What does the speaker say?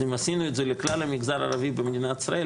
אז אם עשינו את זה לכלל המגזר הערבי במדינת ישראל,